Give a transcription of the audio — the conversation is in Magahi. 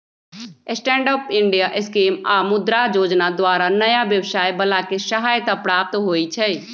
स्टैंड अप इंडिया स्कीम आऽ मुद्रा जोजना द्वारा नयाँ व्यवसाय बला के सहायता प्राप्त होइ छइ